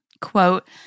Quote